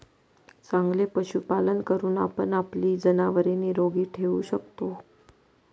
चांगले पशुपालन करून आपण आपली जनावरे निरोगी ठेवू शकतो